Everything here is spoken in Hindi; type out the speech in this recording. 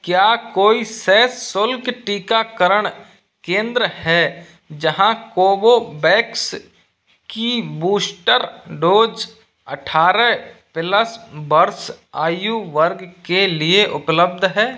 क्या कोई सशुल्क टीकाकरण केंद्र है जहाँ कोवोवैक्स की बूस्टर डोज अट्ठारह प्लस वर्ष आयु वर्ग के लिए उपलब्ध है